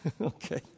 Okay